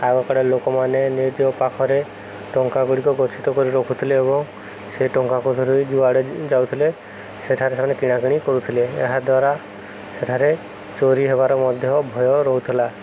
ଆଗକାଳେ ଲୋକମାନେ ନିଜ ପାଖରେ ଟଙ୍କା ଗୁଡ଼ିକ ଗଚ୍ଛିତ କରି ରଖୁଥିଲେ ଏବଂ ସେ ଟଙ୍କା ପଛରୁ ଯୁଆଡ଼େ ଯାଉଥିଲେ ସେଠାରେ ସେମାନେ କିଣାକିଣି କରୁଥିଲେ ଏହାଦ୍ୱାରା ସେଠାରେ ଚୋରି ହେବାର ମଧ୍ୟ ଭୟ ରହୁଥିଲା